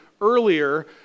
earlier